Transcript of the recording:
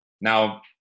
now